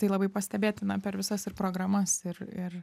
tai labai pastebėtina per visas ir programas ir ir